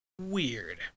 weird